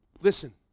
Listen